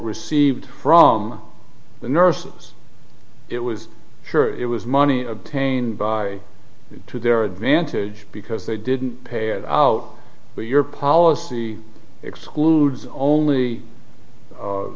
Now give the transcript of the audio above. received from the nurses it was sure it was money obtained by to their advantage because they didn't pay it out of your policy excludes only